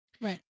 Right